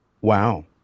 Wow